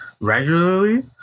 regularly